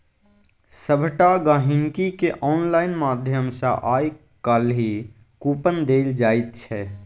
सभटा गहिंकीकेँ आनलाइन माध्यम सँ आय काल्हि कूपन देल जाइत छै